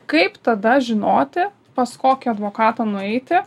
kaip tada žinoti pas kokį advokatą nueiti